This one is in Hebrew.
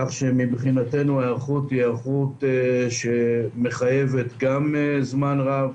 כך שמבחינתנו ההיערכות מחייבת גם זמן רב,